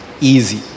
easy